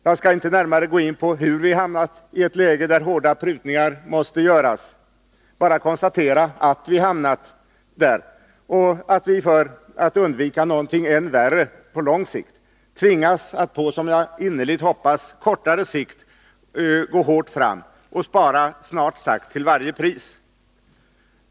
Jag skall inte närmare gå in på hur vi har hamnat i ett läge där hårda prutningar måste göras, bara konstatera att vi hamnat där och att vi för att på bruksdepartemenlång sikt undvika någonting än värre tvingas gå — som jag innerligt hoppas på tets verksamhetskortare sikt — hårt fram och spara till snart sagt varje pris.